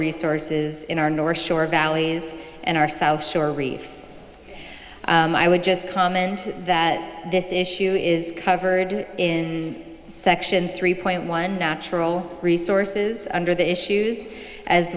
resources in our north shore valleys and ourselves shore reefs i would just comment that this issue is covered in section three point one natural resources under the issues as